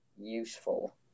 useful